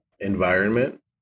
environment